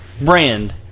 Brand